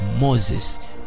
Moses